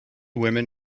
women